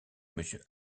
monsieur